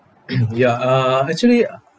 ya uh actually